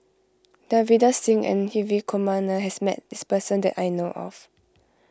Davinder Singh and Hri Kumar Nair has met this person that I know of